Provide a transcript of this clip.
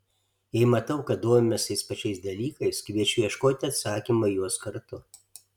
jei matau kad domimės tais pačiais dalykais kviečiu ieškoti atsakymo į juos kartu